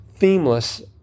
themeless